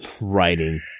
writing